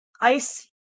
ice